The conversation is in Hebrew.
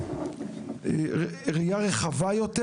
להסתכל בראייה רחבה יותר,